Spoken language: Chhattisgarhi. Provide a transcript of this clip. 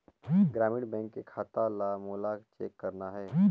ग्रामीण बैंक के खाता ला मोला चेक करना हे?